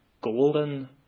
golden